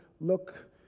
look